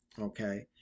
Okay